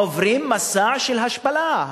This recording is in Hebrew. עוברים מסע של השפלה,